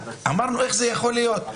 אמרנו: איך זה יכול להיות?